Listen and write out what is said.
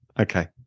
okay